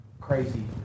crazy